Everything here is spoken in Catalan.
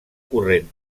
corrent